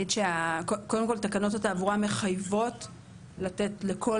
קודם כל תקנות התעבורה מחייבות לתת לכל